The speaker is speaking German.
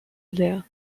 leer